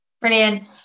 Brilliant